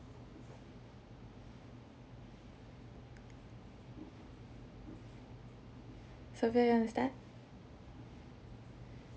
sophia you understand